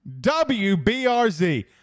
WBRZ